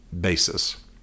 basis